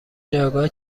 جایگاه